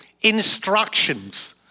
instructions